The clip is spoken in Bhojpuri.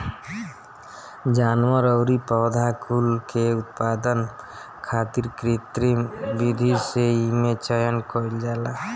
जानवर अउरी पौधा कुल के उत्पादन खातिर कृत्रिम विधि से एमे चयन कईल जाला